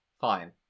fine